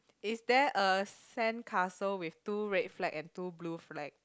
is there a sandcastle with two red flag and two blue flag